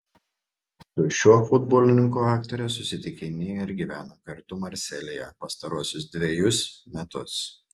su šiuo futbolininku aktorė susitikinėjo ir gyveno kartu marselyje pastaruosius dvejus metus